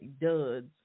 duds